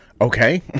Okay